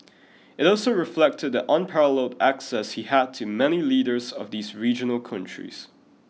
it also reflected the unparalleled access he had to many leaders of these regional countries